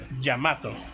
Yamato